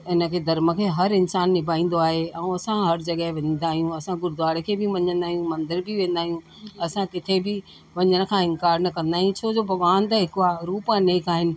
हिनखे धर्म खे हर इंसान निभाईंदो आहे ऐं असां हर जॻह वेंदा आहियूं असां गुरुद्वारे खे बि मञंदा आहियूं मंदर बि वेंदा आहियूं असां किथे बि वञण खां इंकार न कंदा आहियूं छो जो भॻवान त हिक आहे रूप अनेक आहिनि